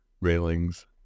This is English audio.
railings